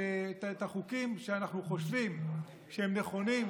שאנחנו חושבים שהם נכונים,